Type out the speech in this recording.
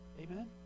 Amen